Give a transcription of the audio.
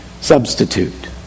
substitute